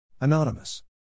Anonymous